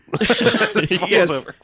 yes